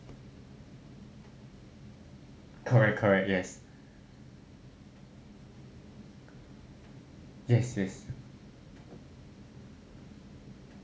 correct correct yes yes yes